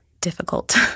difficult